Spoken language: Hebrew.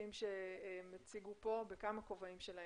בנושאים שהם הציגו פה בכמה כובעים שלהם,